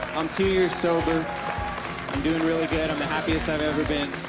i'm two years sober. i'm doing really good. i'm the happiest i've ever been.